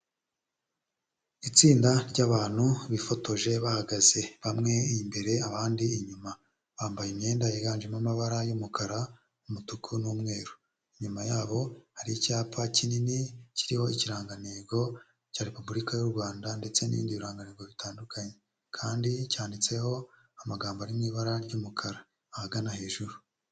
Itsinda ry'abantu bifotoje bahagaze bamwe imbere abandi inyuma bambaye imyenda yiganjemo amabara y'umukara, umutuku n'umweru inyuma yabo hari icyapa kinini kiriho ikirangantego cya repubulika y'u Rwanda ndetse n'ibindi birangantego bitandukanye kandi cyanditseho amagambo ari mu ibara ry'umukara ahagana hejuru.